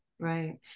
Right